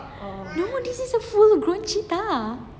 no this is a full grown cheetah